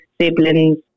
siblings